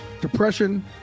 Depression